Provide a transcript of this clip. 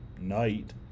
night